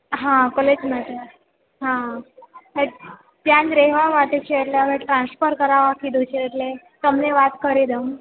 હાં કોલેજમાં છું હાં ત્યાં જ રહેવાનું છે ટ્રાન્સફર કરાવા કહ્યું છે એટલે તમને વાત કરી દઉં